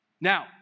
Now